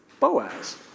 Boaz